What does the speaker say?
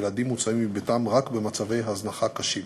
ילדים מוצאים מביתם רק במצבי הזנחה קשים.